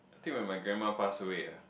I think when my grandma passed away ah